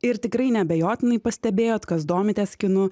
ir tikrai neabejotinai pastebėjot kas domitės kinu